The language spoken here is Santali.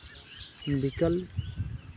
ᱵᱤᱠᱟᱞ